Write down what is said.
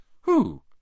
Who